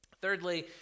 Thirdly